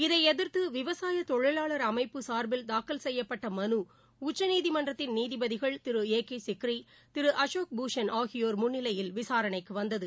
இதை எதிர்த்து விவசாயத் தொழிலாளர் அமைப்பு சார்பில் தாக்கல் செய்யப்பட்ட மனு உச்சநீதிமன்றத்தின் நீதிபதிகள் திருக்கு கேட்சிக்ரி திருக்குசோக் பூஷன் ஆகியோர் முன்னிலையில் விசாரணைக்கு வந்தது